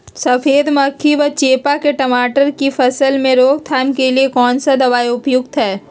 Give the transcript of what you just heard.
सफेद मक्खी व चेपा की टमाटर की फसल में रोकथाम के लिए कौन सा दवा उपयुक्त है?